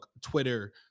Twitter